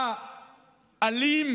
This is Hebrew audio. אתה אלים?